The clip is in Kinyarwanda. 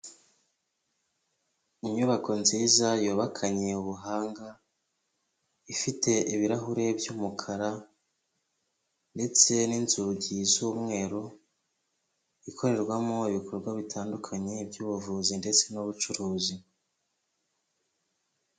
Inyubako nziza yubakanye ubuhanga ifite ibirahuri by'umukara ndetse n'inzugi z'umweru, ikorerwamo ibikorwa bitandukanye by'ubuvuzi ndetse n'ubucuruzi.